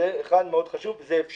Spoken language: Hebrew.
זה כלל מאוד, זה אפשרי.